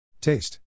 Taste